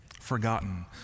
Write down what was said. forgotten